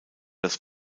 das